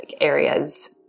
areas